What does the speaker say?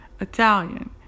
italian